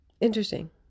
interesting